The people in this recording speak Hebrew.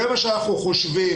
זה מה שאנחנו חושבים.